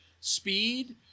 speed